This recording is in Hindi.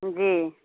जी